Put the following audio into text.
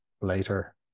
later